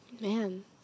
Man